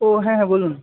ও হ্যাঁ হ্যাঁ বলুন